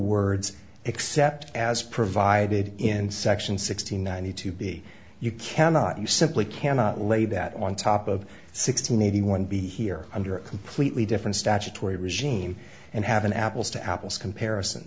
words except as provided in section sixty ninety two b you cannot you simply cannot lay that on top of six hundred eighty one b here under a completely different statutory regime and have an apples to apples comparison